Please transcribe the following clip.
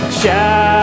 shout